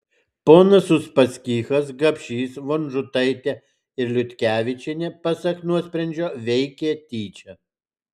ponas uspaskichas gapšys vonžutaitė ir liutkevičienė pasak nuosprendžio veikė tyčia